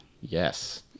Yes